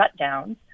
shutdowns